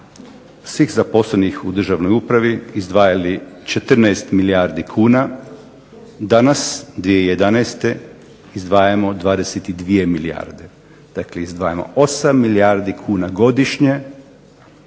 svih zaposlenih u državnoj upravi izdvajali 14 milijardi kuna. Danas 2011. izdvajamo 22 milijarde. Dakle, izdvajamo 8 milijardi godišnje